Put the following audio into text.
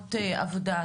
תאונות עבודה.